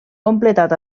completat